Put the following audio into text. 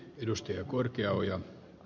arvoisa puhemies